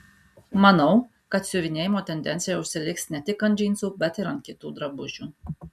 manau kad siuvinėjimo tendencija užsiliks ne tik ant džinsų bet ir ant kitų drabužių